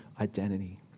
identity